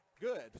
good